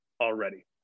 already